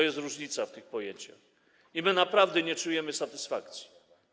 Jest różnica w tych pojęciach i my naprawdę nie czujemy satysfakcji.